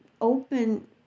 open